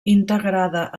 integrada